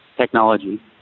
Technology